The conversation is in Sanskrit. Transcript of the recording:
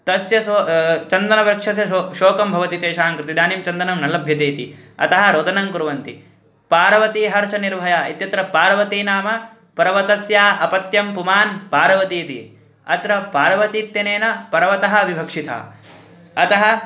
तस्य सः चन्दनवृक्षस्य शो शोकं भवति तेषां कृते इदानीं चन्दनं न लभ्यते इति अतः रोदनं कुर्वन्ति पार्वतीहर्षनिर्भरा इत्यत्र पर्वती नाम पर्वतस्य अपत्यं पुमान् पर्वतीति अत्र पर्वतीत्यनेन पर्वतः विभक्षितः अतः